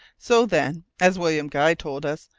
so, then, as william guy told us,